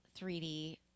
3D